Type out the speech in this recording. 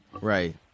Right